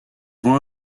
one